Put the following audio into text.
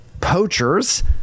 poachers